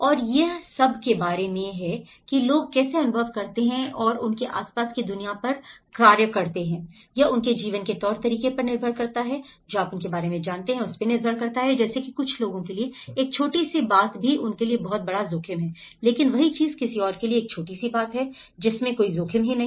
और यह सब के बारे में है कि लोग कैसे अनुभव करते हैं और उनके आसपास की दुनिया पर कार्य करते हैं यह उनके जीवन के तौर तरीके पर निर्भर करता है जो आप उनके बारे में जानते हैं जैसे कि कुछ लोगों के लिए एक छोटी सी बात भी उनके लिए बहुत बड़ा जोखिम है लेकिन वही चीज किसी और के लिए एक छोटी सी बात हो जिसमें कोई जोखिम नहीं